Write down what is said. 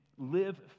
live